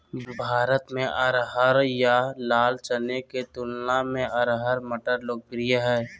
भारत में अरहर या लाल चने के तुलना में अरहर मटर लोकप्रिय हइ